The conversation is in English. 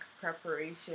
preparation